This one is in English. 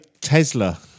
tesla